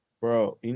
Bro